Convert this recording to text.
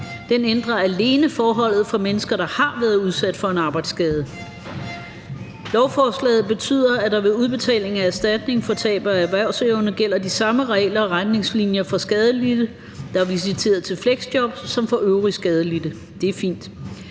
Den ændrer alene forholdet for mennesker, der har været udsat for en arbejdsskade. Lovforslaget betyder, at der ved udbetaling af erstatning for tab af erhvervsevne gælder de samme regler og retningslinjer for skadelidte, der er visiteret til fleksjob, som for øvrige skadelidte. Det er fint.